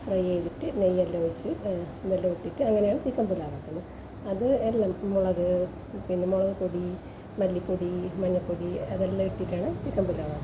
fry ചെയ്തിട്ട് നെയ്യെല്ലാം ഒഴിച്ച് അതെല്ലാം ഇട്ടിട്ട് അങ്ങനെയാണ് ചിക്കൻ പുലാവാക്കുന്നത് അത് എല്ലാം പിന്നെ അത് മുളക് പൊടി മല്ലിപ്പൊടി മഞ്ഞൾ പൊടി അതെല്ലാം ഇട്ടിട്ടാണ് ചിക്കൻ പുലാവാക്കുന്നത്